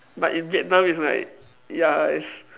but in Vietnam it's like ya it's